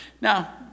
Now